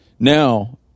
Now